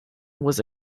was